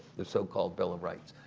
the so-called bill of rights.